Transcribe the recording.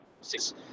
six